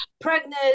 pregnant